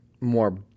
more